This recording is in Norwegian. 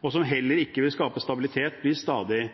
og som heller ikke vil skape stabilitet, blir stadig